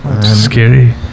Scary